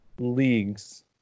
leagues